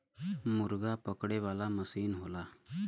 मुरगा पकड़े वाला मसीन होला